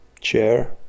chair